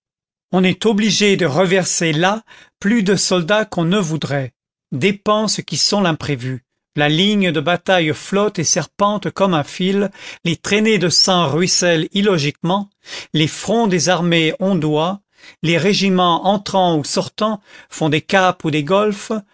on est obligé de reverser là plus de soldats qu'on ne voudrait dépenses qui sont l'imprévu la ligne de bataille flotte et serpente comme un fil les traînées de sang ruissellent illogiquement les fronts des armées ondoient les régiments entrant ou sortant font des caps ou des golfes